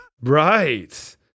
Right